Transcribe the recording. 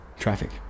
Traffic